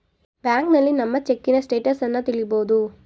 ಬ್ಯಾಂಕ್ನಲ್ಲಿ ನಮ್ಮ ಚೆಕ್ಕಿನ ಸ್ಟೇಟಸನ್ನ ತಿಳಿಬೋದು